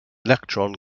electron